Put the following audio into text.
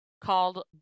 called